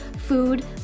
food